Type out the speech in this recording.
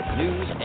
news